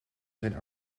zijn